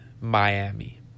Miami